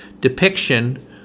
depiction